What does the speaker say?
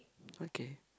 okay